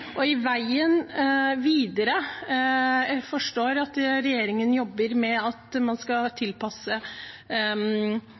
Jeg forstår at regjeringen jobber med at man skal